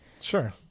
sure